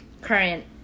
current